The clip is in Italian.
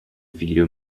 figlio